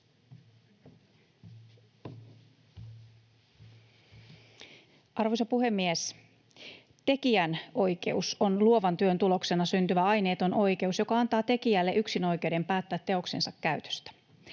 Arvoisa puhemies! Tekijänoikeus on luovan työn tuloksena syntyvä aineeton oikeus, joka antaa tekijälle yksinoikeuden päättää teoksensa käytöstä.